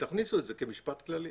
תכניסו את זה כמשפט כללי.